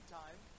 time